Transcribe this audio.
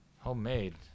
Homemade